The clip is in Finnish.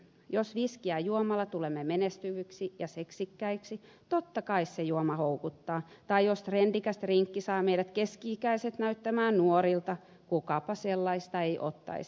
jos viskiä juomalla tulemme menestyviksi ja seksikkäiksi totta kai se juoma houkuttaa tai jos trendikäs drinkki saa meidän keski ikäiset näyttämään nuorilta kukapa sellaista ei ottaisi